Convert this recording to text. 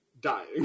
dying